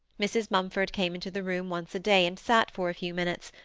mrs. mumford came into the room once a day and sat for a few minutes,